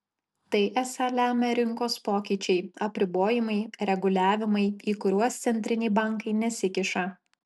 tai esą lemia rinkos pokyčiai apribojimai reguliavimai į kuriuos centriniai bankai nesikiša